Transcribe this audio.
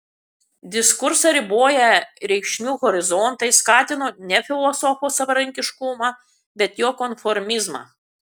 diskursą riboję reikšmių horizontai skatino ne filosofo savarankiškumą bet jo konformizmą